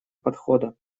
подхода